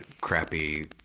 crappy